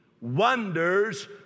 wonders